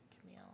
Camille